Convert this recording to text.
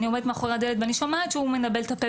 אני עומדת מאחרי הדלת ואני שומעת שהוא מנבל את הפה